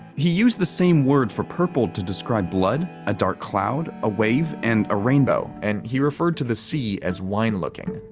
he used the same word for purple to describe blood, a dark cloud, a wave, and a rainbow, and he referred to the sea as wine-looking.